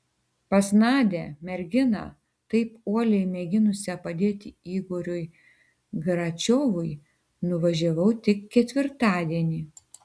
pas nadią merginą taip uoliai mėginusią padėti igoriui gračiovui nuvažiavau tik ketvirtadienį